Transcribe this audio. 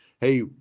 Hey